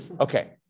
Okay